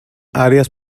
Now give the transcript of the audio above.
áreas